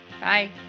Bye